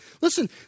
Listen